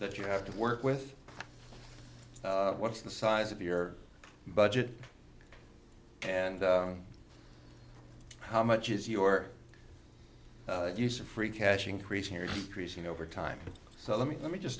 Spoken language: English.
that you have to work with what's the size of your budget and how much is your use of free cash increasing your creasing over time so let me let me just